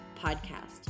Podcast